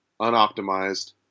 unoptimized